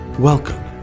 Welcome